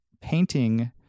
painting